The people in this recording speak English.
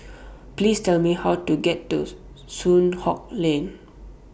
Please Tell Me How to get to Soon Hock Lane